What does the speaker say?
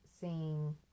Seeing